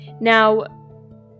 Now